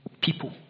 people